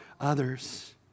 others